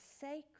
sacred